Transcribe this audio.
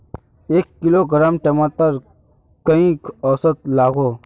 एक किलोग्राम टमाटर त कई औसत लागोहो?